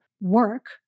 work